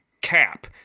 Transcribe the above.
cap